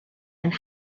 and